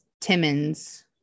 Timmons